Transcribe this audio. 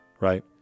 right